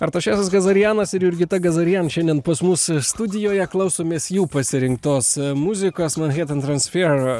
artašesas gazarianas ir jurgita gazarian šiandien pas mus studijoje klausomės jų pasirinktos muzikos manhattan transfer